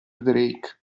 drake